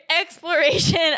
exploration